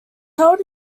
held